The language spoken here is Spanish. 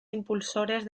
impulsores